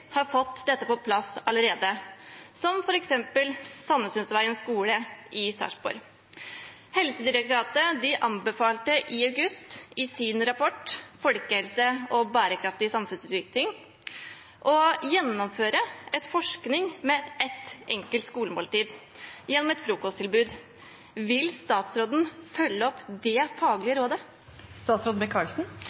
har fått dette på plass allerede, f.eks. Sandesundsveien skole i Sarpsborg. Helsedirektoratet anbefalte i august i sin rapport Folkehelse og bærekraftig samfunnsutvikling å gjennomføre forskning med ett enkelt skolemåltid gjennom et frokosttilbud. Vil statsråden følge opp det faglige